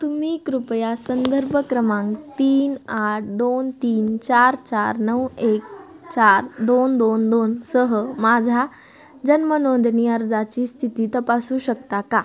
तुम्ही कृपया संदर्भ क्रमांक तीन आठ दोन तीन चार चार नऊ एक चार दोन दोन दोनसह माझ्या जन्मनोंदणी अर्जाची स्थिती तपासू शकता का